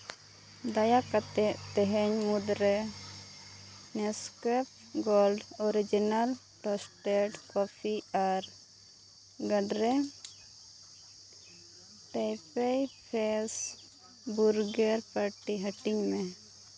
ᱫᱟᱭᱟ ᱠᱟᱛᱮᱫ ᱛᱮᱦᱮᱧ ᱢᱩᱫᱽᱨᱮ Nescafe gold original roasted coffee ᱟᱨ ᱜᱟᱰᱨᱮ ᱛᱤᱞᱟᱯᱤᱭᱟ ᱯᱷᱤᱥ ᱵᱩᱨᱜᱟᱨ ᱯᱮᱴᱤ ᱦᱟᱹᱴᱤᱧ ᱢᱮ